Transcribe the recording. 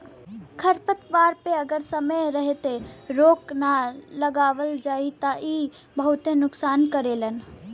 खरपतवार पे अगर समय रहते रोक ना लगावल जाई त इ बहुते नुकसान करेलन